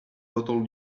bottle